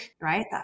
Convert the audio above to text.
right